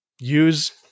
use